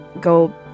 go